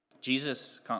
Jesus